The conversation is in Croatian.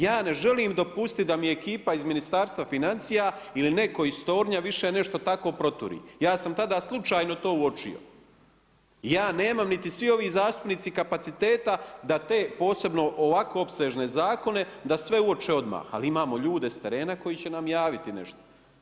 Ja ne želim dopustiti da mi ekipa iz Ministarstva financija ili netko iz tornja više nešto tako proturi, ja sam tada slučajno to uočio, ja nemam niti svi ovi zastupnici kapaciteta da te posebno, ovako opsežne zakone, da sve uoče odmah, ali imamo ljude s terena koji će nam javiti nešto.